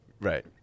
Right